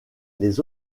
les